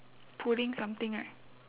pulling something right